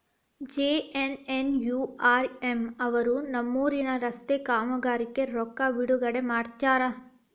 JNNURM ಅವರು ನಮ್ಮೂರಿನ ರಸ್ತೆ ಕಾಮಗಾರಿಗೆ ರೊಕ್ಕಾ ಬಿಡುಗಡೆ ಮಾಡ್ಯಾರ